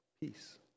peace